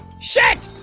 shit!